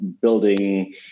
building